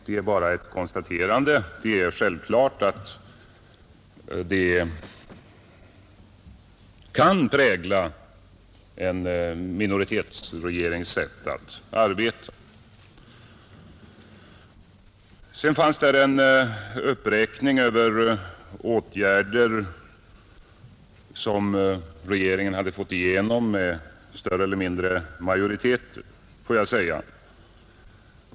Det är bara ett konstaterande, Det är självklart att det kan prägla en minoritetsregerings sätt arbeta, Statsministern räknade upp åtgärder som regeringen har fått igenom med större eller mindre majoriteter.